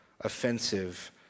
offensive